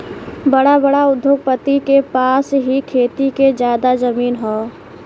बड़ा बड़ा उद्योगपति के पास ही खेती के जादा जमीन हौ